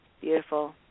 Beautiful